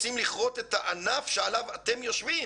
הם רוצים לכרות את הענף שעליו אתם יושבים,